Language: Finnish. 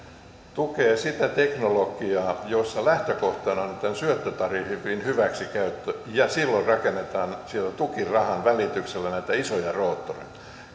tukee sitä teknologiaa jossa lähtökohtana on tämän syöttötariffin hyväksikäyttö ja silloin rakennetaan sen tukirahan välityksellä näitä isoja roottoreita